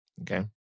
Okay